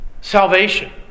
Salvation